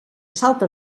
salta